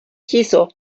kisu